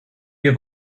have